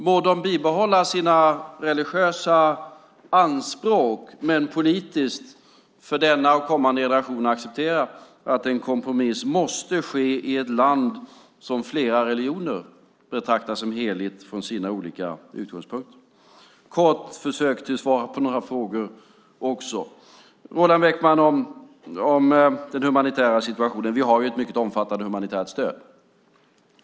Må de bibehålla sina religiösa anspråk men politiskt för denna och kommande generationer acceptera att en kompromiss måste ske i ett land som flera religioner betraktar som heligt från sina olika utgångspunkter. Jag ska kort försöka svara på några frågor. Roland Bäckman nämnde den humanitära situationen. Det finns ett omfattande humanitärt stöd.